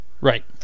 right